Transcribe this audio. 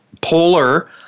polar